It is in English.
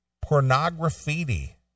pornography